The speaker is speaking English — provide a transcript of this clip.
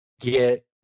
get